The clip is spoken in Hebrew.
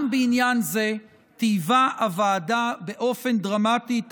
גם בעניין זה טייבה הוועדה באופן דרמטי את